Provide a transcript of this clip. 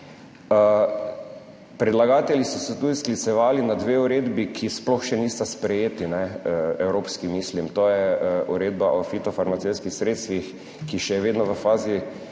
Predlagatelji so se tudi sklicevali na dve uredbi, ki sploh še nista sprejeti, evropski, mislim. To je uredba o fitofarmacevtskih sredstvih, ki je še vedno v fazi